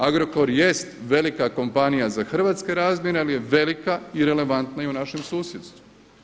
Agrokor jest velika kompanija za hrvatske razmjere ali je velika i relevantna i u našem susjedstvu.